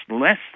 less